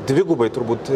dvigubai turbūt